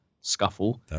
scuffle